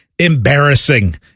Embarrassing